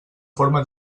forma